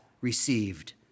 received